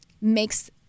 makes